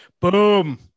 Boom